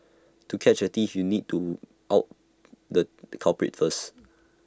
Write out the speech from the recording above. to catch A thief you need to out the culprit first